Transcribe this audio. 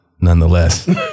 nonetheless